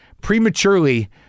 prematurely